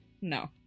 no